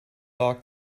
log